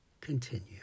continue